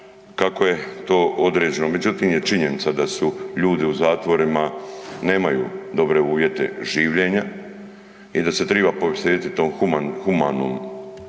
kako je to određeno, međutim, je činjenica da su ljudi u zatvorima nemaju dobre uvjete življenja i da se treba posvetiti tom humanom